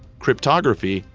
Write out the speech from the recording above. cryptography,